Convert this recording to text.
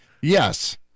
Yes